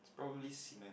it's probably cement